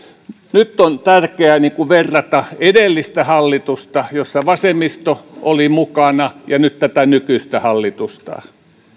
nyt on tärkeää verrata edellistä hallitusta jossa vasemmisto oli mukana ja tätä nykyistä hallitusta nordean